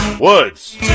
Woods